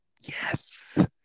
yes